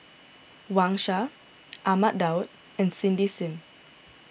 Wang Sha Ahmad Daud and Cindy Sim